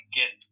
get